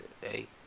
hey